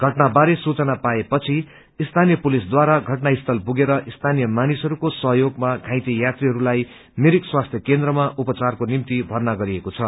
घटनाबारे सूचना पाएपछि स्थानीय पुलिस घटना स्थल पुगेर स्थानीय मानिसहरूको सहयोगमा घाइते यात्रीहरूलाई मिरिक स्वास्थ्य केनद्रमा उपचारको निम्ति भन्न्र गरिएको छ